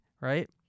right